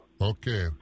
Okay